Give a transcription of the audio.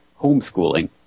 homeschooling